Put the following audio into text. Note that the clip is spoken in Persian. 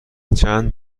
چند